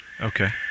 Okay